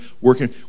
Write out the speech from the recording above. working